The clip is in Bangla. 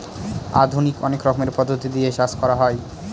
আধুনিক অনেক রকমের পদ্ধতি দিয়ে চাষ করা হয়